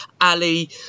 Ali